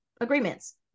agreements